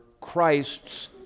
Christ's